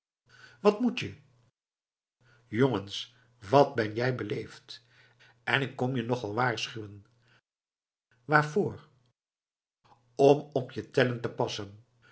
wat moet je jongens wat ben jij beleefd en ik kom je nogal waarschuwen waarvoor om op je tellen te passen